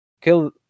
Kill